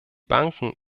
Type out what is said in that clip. banken